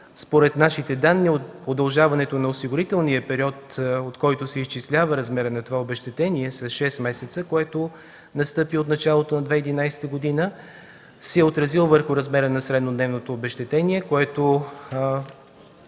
според нашите данни удължаването на осигурителния период, от който се изчислява размера на това обезщетение с 6 месеца, което настъпи от началото на 2011 г., се е отразило върху размера на среднодневното обезщетение, което